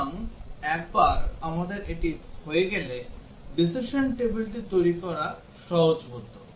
সুতরাং একবার আমাদের এটি হয়ে গেলে decision tableটি তৈরি করা সহজবোধ্য